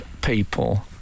people